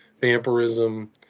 vampirism